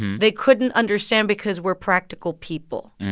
they couldn't understand because we're practical people.